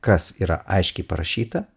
kas yra aiškiai parašyta